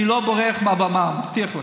אני לא בורח מהבמה, אני מבטיח לך.